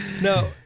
No